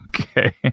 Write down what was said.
Okay